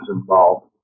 involved